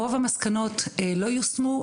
רוב המסקנות לא יושמו,